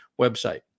website